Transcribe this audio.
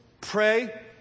Pray